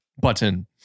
button